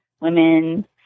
women